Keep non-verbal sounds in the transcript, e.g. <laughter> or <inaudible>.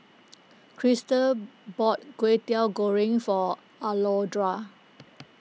<noise> Crystal bought Kwetiau Goreng for Alondra